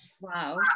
Wow